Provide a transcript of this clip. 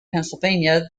pennsylvania